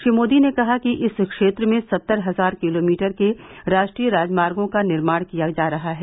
श्री मोदी ने कहा कि इस क्षेत्र में सत्तर हजार किलोमीटर के राष्ट्रीय राजमार्गो का निर्माण किया जा रहा है